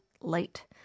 late